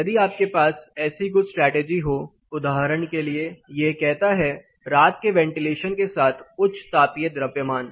यदि आपके पास ऐसी कुछ स्ट्रेटजी हों उदाहरण के लिए यह कहता है रात के वेंटिलेशन के साथ उच्च तापीय द्रव्यमान